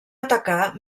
atacar